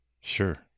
Sure